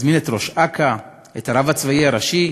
נזמין את ראש אכ"א, את הרב הצבאי הראשי,